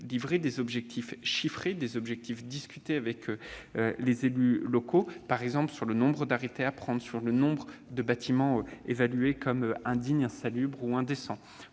des objectifs chiffrés, discutés avec les élus locaux, par exemple sur le nombre d'arrêtés à prendre, sur le nombre de bâtiments évalués comme indignes, insalubres ou indécents.